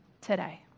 today